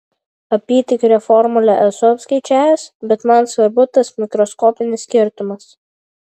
apytikrę formulę esu apskaičiavęs bet man svarbu tas mikroskopinis skirtumas